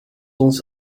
ons